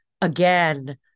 again